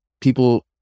people